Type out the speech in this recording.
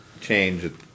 change